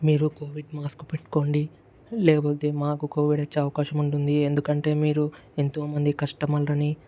మీరు Covid mask పెట్టుకోండి లేకపోతే మాకు కూడా కోవిడ్ వచ్చే అవకాశం ఉంటుంది ఎందుకంటే మీరు ఎంతో మంది కస్టమర్లని